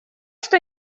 что